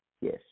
Yes